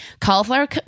Cauliflower